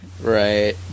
Right